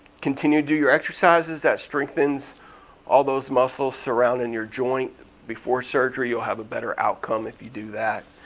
continue to do your exercises that strengthens all those muscles surrounding your joint before surgery. you'll have a better outcome if you do that.